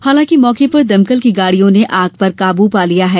हालांकि मौके पर दमकल की गाड़ियों ने आग पर काबू पा लिया है